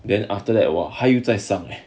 then after that 他又在上 leh